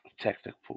Technical